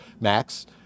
max